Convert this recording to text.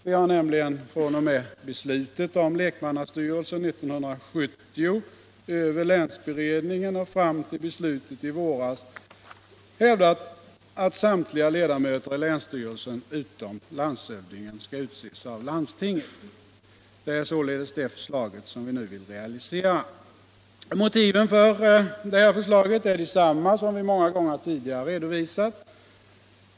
Vi har nämligen fr.o.m. beslutet om lekmannastyrelse 1970 över länsberedningen och fram till beslutet i våras hävdat att samtliga ledamöter i länsstyrelsen utom landshövdingen skall utses av landstinget. Det är således det förslaget som vi nu vill realisera. Motiven för det här förslaget är desamma som vi många gånger tidigare redovisat.